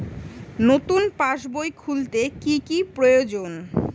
নতুন পাশবই খুলতে কি কি প্রয়োজন?